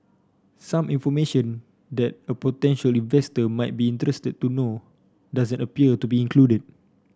some information that a potential investor might be interested to know doesn't appear to be included